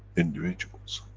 individuals.